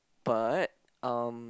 but um